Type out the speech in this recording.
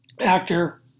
actor